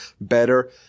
better